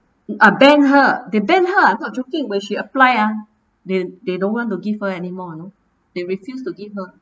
ban her they banned her ah I'm not joking when she apply ah they they don't want to give her anymore you know they refused to give her